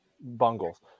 Bungles